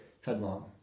headlong